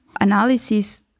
analysis